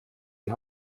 die